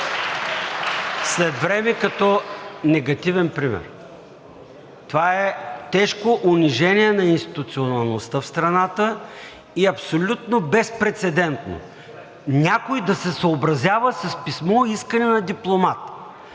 след време като негативен пример. Това е тежко унижение на институционалността в страната и абсолютно безпрецедентно – някой да се съобразява с писмо искане на дипломат?!